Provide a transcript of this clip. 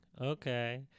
Okay